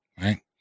right